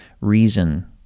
reason